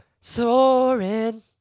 Soaring